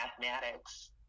mathematics